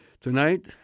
tonight